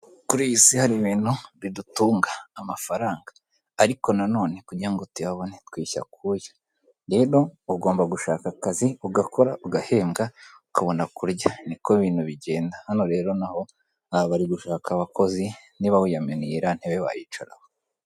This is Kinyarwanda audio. kuri iyi si hari ibintu bidutunga amafaranga ariko nanone kugira ngo tuyabone tuba twiyushyakuya rero ugomba gushaka akazi ugakora ugahembwa ukabona kurya niko ibintu bigenda hano rero naho bari gushaka abakozi niba wiyaminiya iriya ntebe wayicararaho